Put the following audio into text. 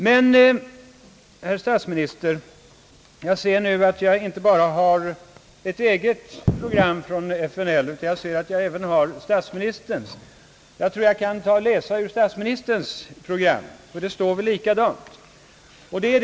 Men, herr statsminis ter — jag ser nu att jag inte bara har ett eget program från FNL utan även herr statsministerns på bordet — och då kan jag ju lika gärna läsa ur statsministerns program. Det står väl likadant där.